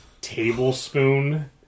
tablespoon